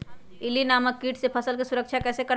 इल्ली नामक किट से फसल के सुरक्षा कैसे करवाईं?